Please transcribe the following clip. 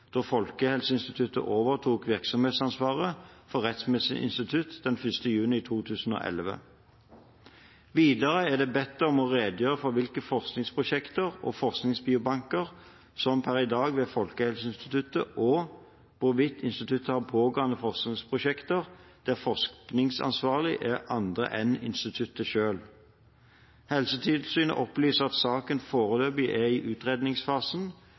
da Folkehelseinstituttet overtok virksomhetsansvaret for Rettsmedisinsk institutt den 1. juni 2011. Videre er Folkehelseinstituttet bedt om å redegjøre for hvilke forskningsprosjekter og forskningsbiobanker som per i dag er ved instituttet, og hvorvidt instituttet har pågående forskningsprosjekter der forskningsansvarlig er andre enn instituttet selv. Helsetilsynet opplyser at saken foreløpig er i utredningsfasen,